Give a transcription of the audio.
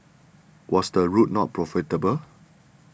was the route not profitable